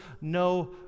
no